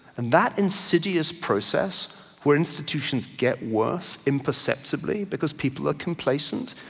and that insidious process where institutions get worse imperceptibly because people are complacent,